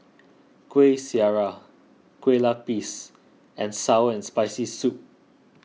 Kuih Syara Kueh Lupis and Sour and Spicy Soup